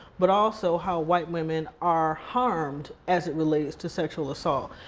but also how white women are harmed as it relates to sexual assault.